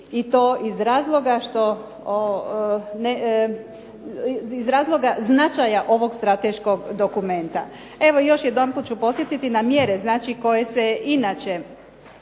i to iz razloga značaja ovog strateškog dokumenta. Evo još jedanput ću podsjetiti na mjere, znači koje se inače